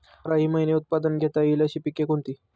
बाराही महिने उत्पादन घेता येईल अशी पिके कोणती?